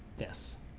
this